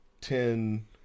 ten